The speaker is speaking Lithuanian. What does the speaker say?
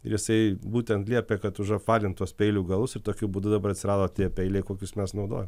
ir jisai būtent liepė kad užapvalint tuos peilių galus ir tokiu būdu dabar atsirado tie peiliai kokius mes naudoj